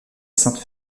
sainte